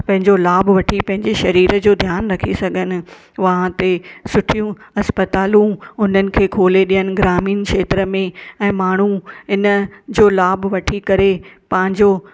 पंहिंजो लाभ वठी पंहिंजे शरीरु जो ध्यानु रखी सघनि वहां पे सुठियूं अस्पतालू हुननि खे खोले ॾियनि ग्रामीण खेत्र में ऐं माण्हू इनजो लाभ वठी करे पंहिंजो